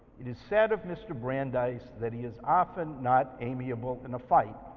it is said of mr. brandeis that he is often not amiable in a fight.